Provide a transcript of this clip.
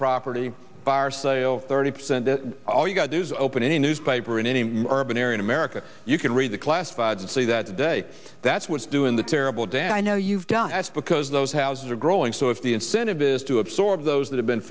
property bar sale thirty percent all you gotta do is open any newspaper in any more of an era in america you can read the classifieds see that day that's what's doing the terrible dad i know you've done us because those houses are growing so if the incentive is to absorb those that have been